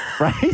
right